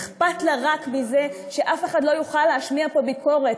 אכפת לה רק מזה שאף אחד לא יוכל להשמיע פה ביקורת,